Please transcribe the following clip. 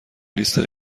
لیست